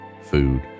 food